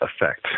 effect